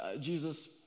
Jesus